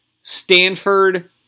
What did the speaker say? Stanford